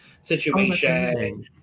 situation